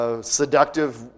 Seductive